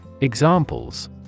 Examples